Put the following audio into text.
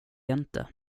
inte